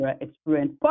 Experience